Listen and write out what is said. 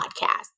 Podcast